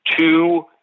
two